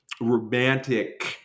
romantic